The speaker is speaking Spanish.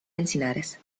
encinares